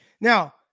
Now